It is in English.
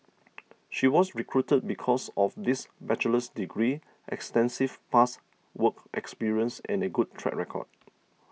she was recruited because of this bachelor's degree extensive past work experience and a good track record